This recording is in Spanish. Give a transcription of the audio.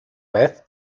vez